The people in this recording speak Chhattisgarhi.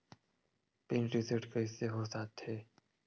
पिन रिसेट कइसे हो जाथे?